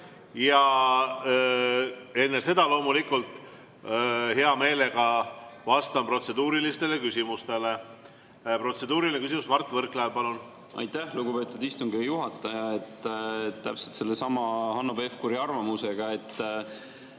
Enne seda loomulikult hea meelega vastan protseduurilistele küsimustele. Protseduuriline küsimus, Mart Võrklaev, palun! Aitäh, lugupeetud istungi juhataja! Täpselt sellesama Hanno Pevkuri arvamusega